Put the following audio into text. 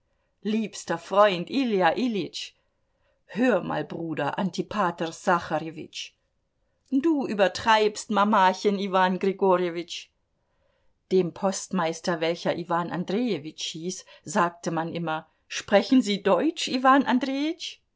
liebster freund iija iljitsch hör mal bruder antipator sacharjewitsch du übertreibst mamachen iwan grigorjewitsch dem postmeister welcher iwan andrejewitsch hieß sagte man immer sprechen sie deutsch iwan